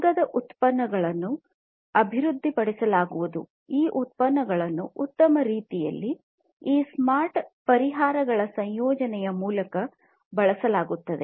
ಅಗ್ಗದ ಉತ್ಪನ್ನಗಳನ್ನು ಅಭಿವೃದ್ಧಿಪಡಿಸಲಾಗುವುದು ಈ ಉತ್ಪನ್ನಗಳನ್ನು ಉತ್ತಮ ರೀತಿಯಲ್ಲಿ ಈ ಸ್ಮಾರ್ಟ್ ಪರಿಹಾರಗಳ ಸಂಯೋಜನೆಯ ಮೂಲಕ ಬಳಸಲಾಗುತ್ತದೆ